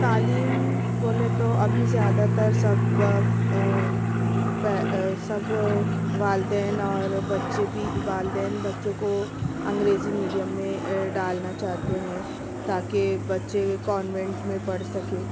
تعلیم بولے تو ابھی زیادہ تر سب وقت سب والدین اور بچے بھی والدین بچوں کو انگریزی میڈیم میں ڈالنا چاہتے ہیں تاکہ بچے کانوینٹ میں پڑھ سکیں